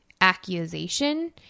accusation